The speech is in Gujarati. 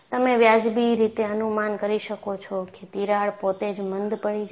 તમે વ્યાજબી રીતે અનુમાન કરી શકો છો કે તિરાડ પોતે જ મંદ પડી જાય છે